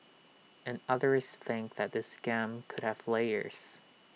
and others think that this scam could have layers